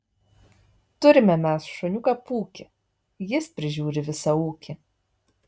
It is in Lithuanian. turime mes šuniuką pūkį jis prižiūri visą ūkį